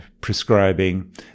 prescribing